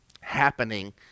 happening